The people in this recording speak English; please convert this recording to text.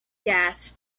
gas